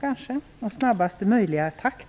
Sedan skall avvecklingen ske i snabbast möjliga takt.